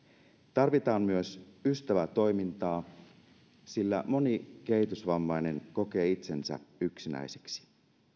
tarvitaan myös ystävätoimintaa sillä moni kehitysvammainen kokee itsensä yksinäiseksi